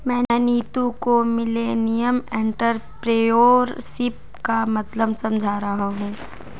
मैं नीतू को millennial entrepreneurship का मतलब समझा रहा हूं